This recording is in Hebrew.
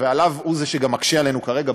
שגם מקשה עלינו כרגע,